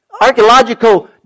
archaeological